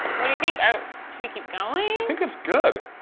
what do you think, should we keep going? i think it's good.